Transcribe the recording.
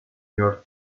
near